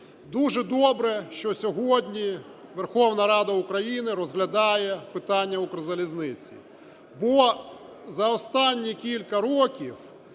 Дуже добре, що сьогодні Верховна Рада України розглядає питання "Укрзалізниці", бо за останні кілька років